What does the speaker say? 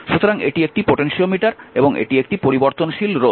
সুতরাং এটি একটি পোটেনশিওমিটার এবং এটি একটি পরিবর্তনশীল রোধ